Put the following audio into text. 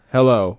Hello